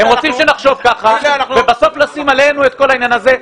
הם רוצים שנחשוב כך ובסוף נשים עלינו את כל העניין הזה.